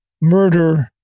murder